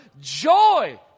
joy